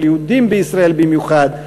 של יהודים בישראל במיוחד,